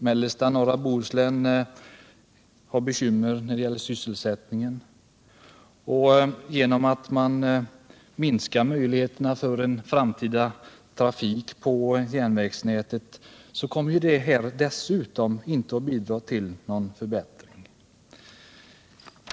Mellersta och norra Bohuslän har bekymmer när det gäller sysselsättningen. Minskar man dessutom möjligheterna till en framtida trafik på järnvägsnätet bidrar det inte till någon förbättring.